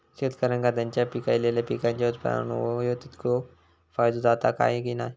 शेतकऱ्यांका त्यांचा पिकयलेल्या पीकांच्या उत्पन्नार होयो तितको फायदो जाता काय की नाय?